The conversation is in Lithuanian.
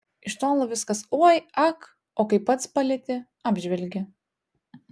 iš tolo viskas oi ak o kai pats palieti apžvelgi